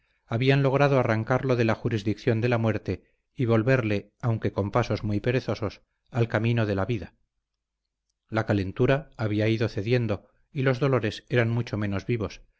habían logrado arrancarlo de la jurisdicción de la muerte y volverle aunque con pasos muy perezosos al camino de la vida la calentura había ido cediendo y los dolores eran mucho menos vivos